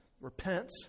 Repent